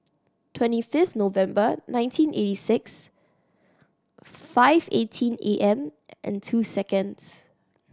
twenty fifth November nineteen eighty six five eighteen A M and two seconds